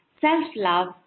self-love